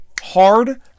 hard